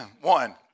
One